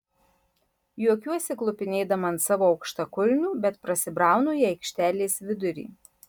juokiuosi klupinėdama ant savo aukštakulnių bet prasibraunu į aikštelės vidurį